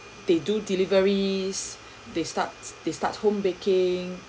they do deliveries they starts they starts home baking